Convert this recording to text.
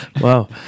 Wow